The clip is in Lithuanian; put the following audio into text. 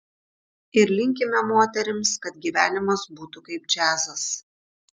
ir linkime moterims kad gyvenimas būtų kaip džiazas